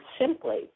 simply